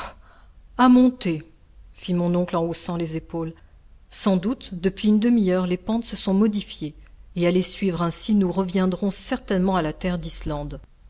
a monter fit mon oncle en haussant les épaules sans doute depuis une demi-heure les pentes se sont modifiées et à les suivre ainsi nous reviendrons certainement à la terre d'islande